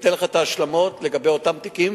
אתן לך את ההשלמות לגבי אותם תיקים